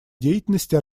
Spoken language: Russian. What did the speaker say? деятельности